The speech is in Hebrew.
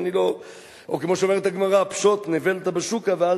או כמו שאומרת הגמרא: "פשוט נבלתא בשוקא ואל